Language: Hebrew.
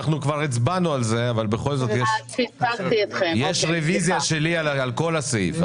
אנחנו כבר הצבענו על זה אבל בכל זאת יש רוויזיה שלי על כל הסעיף,